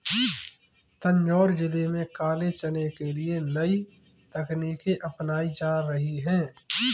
तंजौर जिले में काले चने के लिए नई तकनीकें अपनाई जा रही हैं